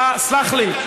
סלח לי.